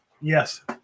Yes